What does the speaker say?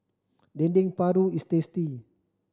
Dendeng Paru is tasty